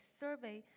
survey